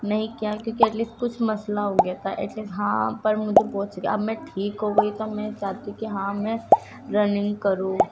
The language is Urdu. نہیں کیا ہے کیونکہ کچھ مسئلہ ہو گیا تھا ایٹ لیسٹ ہاں پر مجھے پہنچ گیا اب میں ٹھیک ہو گئی تو میں چاہتی ہوں کہ ہاں میں رننگ کروں